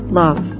love